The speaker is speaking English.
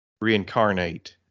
Reincarnate